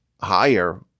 higher